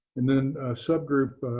and then a subgroup,